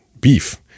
beef